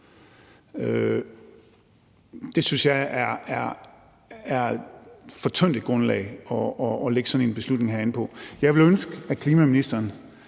Det synes jeg er for tyndt et grundlag at lægge sådan en beslutning her an på. Jeg ville ønske, at den nuværende